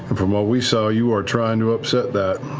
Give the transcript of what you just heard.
and from what we saw, you are trying to upset that.